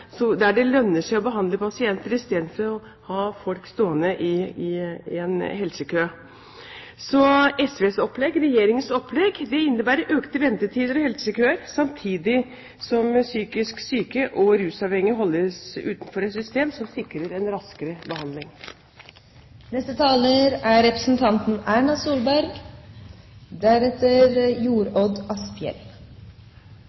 der det lønner seg å behandle pasienter i stedet for å ha folk stående i en helsekø. SVs og Regjeringens opplegg innebærer økte ventetider og helsekøer samtidig som psykisk syke og rusavhengige holdes utenfor et system som sikrer en raskere behandling. Representanten Erna Solberg